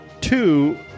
two